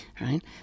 right